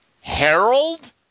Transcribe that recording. Harold